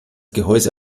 gehäuse